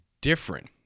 different